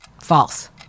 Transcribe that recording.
False